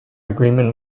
agreement